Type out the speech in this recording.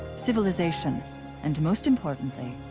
civilization and most importantly,